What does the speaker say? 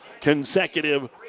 consecutive